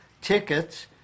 tickets